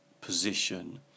position